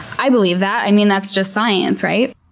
i believe that. i mean that's just science, right?